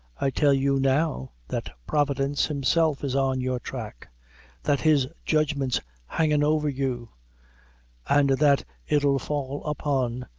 i tell you now, that providence himself is on your track that his judgment's hangin' over you and that it'll fall upon!